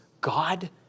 God